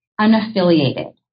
unaffiliated